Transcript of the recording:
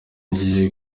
nigiye